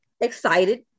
excited